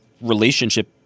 relationship